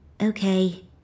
Okay